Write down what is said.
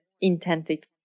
intended